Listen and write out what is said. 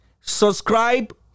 subscribe